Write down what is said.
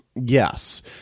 Yes